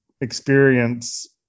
experience